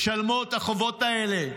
ישלמו את החובות האלה,